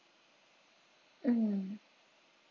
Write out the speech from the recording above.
mm